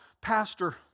Pastor